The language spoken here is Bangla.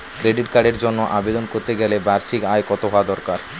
ক্রেডিট কার্ডের জন্য আবেদন করতে গেলে বার্ষিক আয় কত হওয়া দরকার?